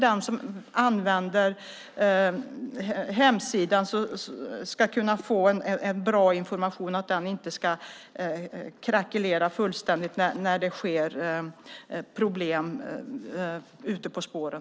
De som vänder sig till hemsidan ska kunna få bra information; den ska inte krackelera fullständigt när det är problem ute på spåren.